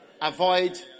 Avoid